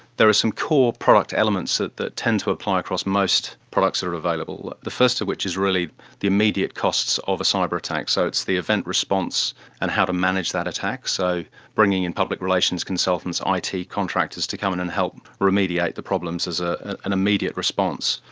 there are some core product elements that that tend to apply across most products that are available, the first of which is really the immediate costs of a cyber attack, so it's the event response and how to manage that attack, so bringing in public relations consultants, it contractors to come in and help remediate the problems as ah an immediate response.